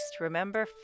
remember